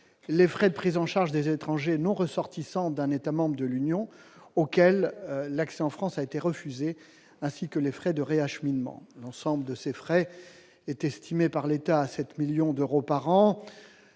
les frais de prise en charge des étrangers non ressortissants d'un État membre de l'Union auquel l'accès en France a été refusée, ainsi que les frais de réacheminement l'ensemble de ces frais est estimé par l'État à 7 millions d'euros par an,